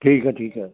ਠੀਕ ਹੈ ਠੀਕ ਹੈ